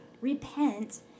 repent